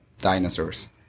dinosaurs